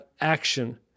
action